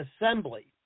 Assembly